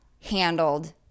handled